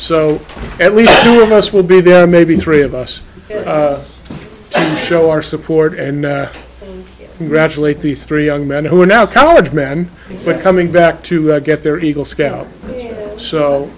so at least two of us will be there maybe three of us to show our support and graduate these three young men who are now college men are coming back to get their eagle scout so